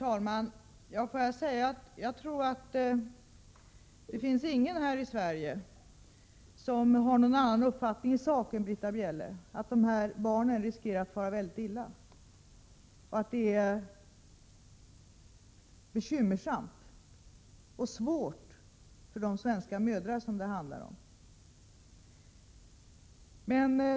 Herr talman! Jag tror inte att det finns någon här i Sverige som har en annan uppfattning i sak än Britta Bjelle. Dessa barn riskerar att fara mycket illa. Det är bekymmersamt och svårt för de svenska mödrar som det handlar om.